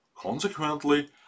Consequently